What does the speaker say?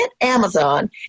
Amazon